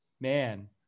man